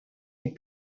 est